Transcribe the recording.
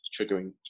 triggering